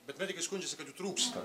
bet medikai skundžiasi kad jų trūksta